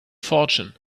fortune